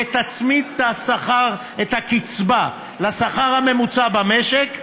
ותצמיד את הקצבה לשכר הממוצע במשק,